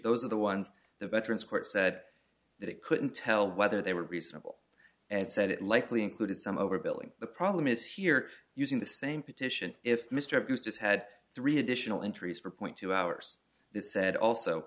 those are the ones the veterans court said that it couldn't tell whether they were reasonable and said it likely included some overbilling the problem is here using the same petition if mr bruce just had three additional entries for point two hours that said also